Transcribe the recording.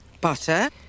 butter